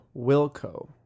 Wilco